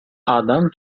adam